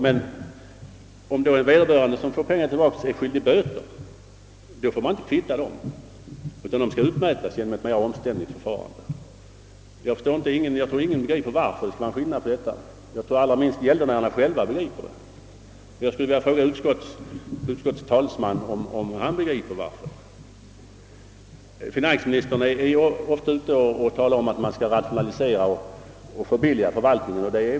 Men om vederbörande är skyldig staten pengar i form av böter, kan beloppet inte kvittas mot överskottsskatt, utan måste utmätas genom ett mera omständligt förfarande. Jag tror inte att någon, allra minst gäldenärerna själva, förstår varför det skall vara någon skillnad mellan dessa fall. Jag skulle vilja fråga utskottets talesman, om han förstår varför det skall vara på det sättet. Finansministern talar ofta om att förvaltningen skall rationaliseras och förbilligas.